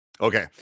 Okay